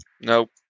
Nope